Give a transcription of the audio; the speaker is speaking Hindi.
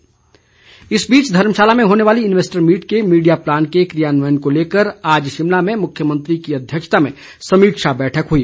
सीएम इस बीच धर्मशाला में होने वाली इन्वेस्टर मीट के मीडिया प्लान के क्रियान्वयन को लेकर आज शिमला में मुख्यमंत्री की अध्यक्षता में समीक्षा बैठक हुई